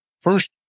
first